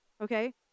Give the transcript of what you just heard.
okay